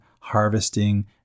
harvesting